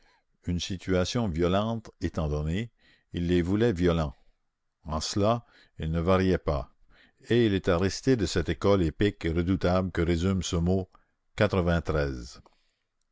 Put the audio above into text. une situation violente étant donnée il les voulait violents en cela il ne variait pas et il était resté de cette école épique et redoutable que résume ce mot quatre-vingt-treize